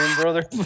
brother